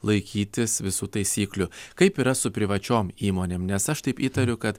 laikytis visų taisyklių kaip yra su privačiom įmonėm nes aš taip įtariu kad